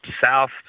South